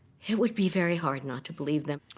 it would be very hard not to believe them,